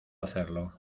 hacerlo